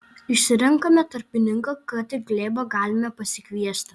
išsirenkame tarpininką kad ir glėbą galime pasikviesti